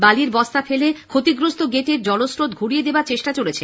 বালির বস্তা ফেলে ক্ষতিগ্রস্ত গেটের জলস্রোত ঘুরিয়ে দেওয়ার চেষ্টা চলেছে